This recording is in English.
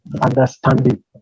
understanding